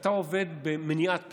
כשאתה עובד במניעת פשיעה,